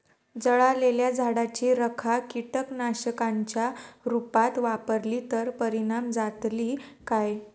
जळालेल्या झाडाची रखा कीटकनाशकांच्या रुपात वापरली तर परिणाम जातली काय?